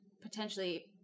potentially